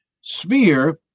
sphere